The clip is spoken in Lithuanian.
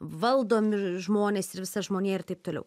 valdomi žmonės ir visa žmonija ir taip toliau